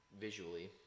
visually